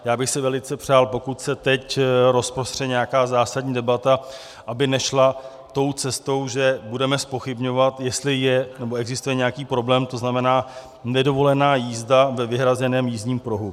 Já bych si velice přál, pokud se teď rozprostře nějaká zásadní debata, aby nešla tou cestou, že budeme zpochybňovat, jestli je nebo existuje nějaký problém, to znamená nedovolená jízda ve vyhrazeném jízdním pruhu.